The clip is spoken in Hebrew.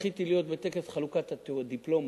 זכיתי להיות בטקס חלוקת הדיפלומות.